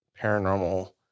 paranormal